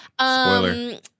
Spoiler